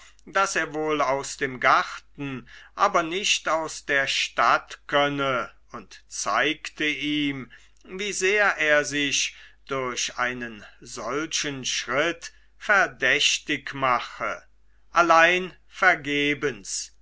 daß er wohl aus dem garten aber nicht aus der stadt könne und zeigte ihm wie sehr er sich durch einen solchen schritt verdächtig mache allein vergebens